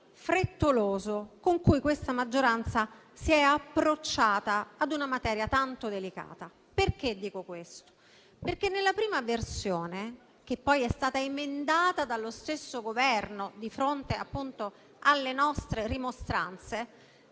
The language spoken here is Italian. frettoloso con cui questa maggioranza si è approcciata ad una materia tanto delicata. Dico questo perché nella prima versione, che poi è stata emendata dallo stesso Governo di fronte alle nostre rimostranze,